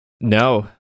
no